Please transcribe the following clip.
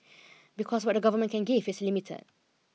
because what the government can give is limited